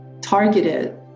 targeted